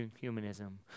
humanism